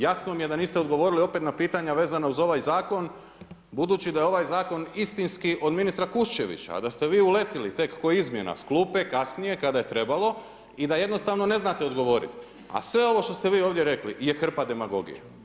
Jasno mi je da niste odgovorili opet na pitanja vezana uz ovaj zakon budući da je ovaj zakon istinski od ministra Kuščevića, a da ste vi uletili tek ko izmjena s klupe kasnije kada je trebalo i da jednostavno ne znate odgovoriti, a sve ovo što ste vi rekli je hrpa demagogije.